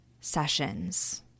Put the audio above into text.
sessions